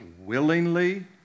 willingly